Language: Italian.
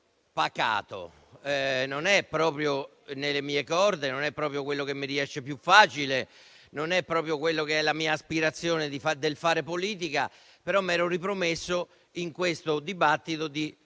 Non è proprio nelle mie corde, non è proprio quello che mi riesce più facile, non è proprio la mia aspirazione nel fare politica, ma mi ero ripromesso in questo dibattito di